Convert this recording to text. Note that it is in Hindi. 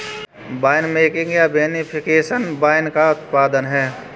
वाइनमेकिंग या विनिफिकेशन वाइन का उत्पादन है